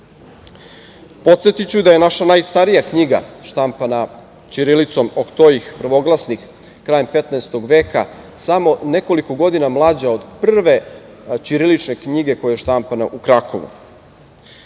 da je naša najstarija knjiga štampana ćirilicom „Oktoih Prvoglasnik“ krajem 15. veka samo nekoliko godina mlađa od prve ćirilične knjige koja je štampana u Krakovu.Međutim,